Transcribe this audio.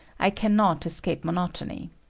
i cannot escape monotony